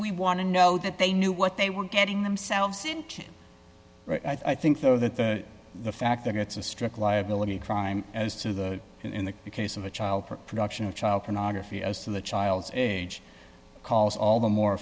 we want to know that they knew what they were getting themselves into i think though that the the fact that it's a strict liability crime as to the in the case of a child production of child pornography as to the child's age because all the more